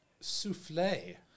Souffle